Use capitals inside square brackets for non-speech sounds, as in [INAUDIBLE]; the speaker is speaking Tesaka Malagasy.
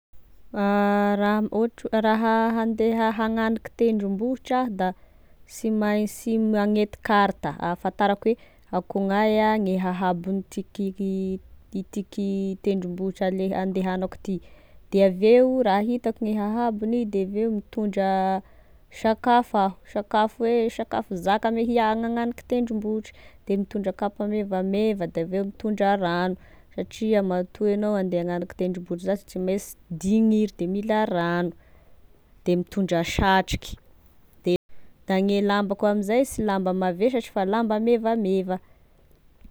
[HESITATION] Raha ohatry raha ohatry ande hagnaniky tendrombohitra da sy mainsy sy mainsy magnety karta ahafantarako hoe aknognaia gne ahabogn'itiky itiky tendrombohitry ale- andehanako ty, de aveo raha hitako gne ahavony de aveo mitondra sakafo aho, sakafo hoe sakafo zaka ame hia- hagnaniky tendrombohitry da mitondra kapa mevameva da aveo mitondra ragno satria matoa agnao andeha hagnaniky tendrombohitry za de sy mainsy digniry de mila ragno de mitondra satroky de gne lambako anzay sy lamba mavesatry fa lamba mevameva.